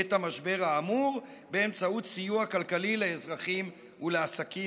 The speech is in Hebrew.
את המשבר האמור באמצעות סיוע כלכלי לאזרחים ולעסקים.